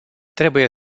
trebuie